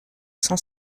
cent